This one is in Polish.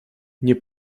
nie